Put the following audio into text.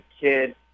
kid